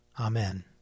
Amen